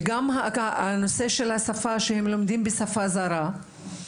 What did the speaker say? וישנו גם העניין שהם לומדים בשפה זרה.